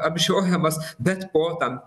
apžiojamas bet po tam